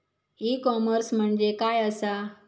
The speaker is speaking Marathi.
ई कॉमर्स म्हणजे काय असा?